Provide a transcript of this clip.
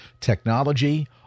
technology